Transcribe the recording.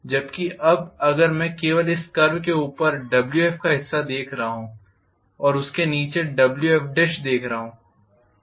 जबकि अब अगर मैं केवल इस कर्व के ऊपर Wf का हिस्सा देख रहा हूँ और उसके नीचे Wf है